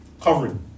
covering